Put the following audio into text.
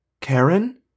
Karen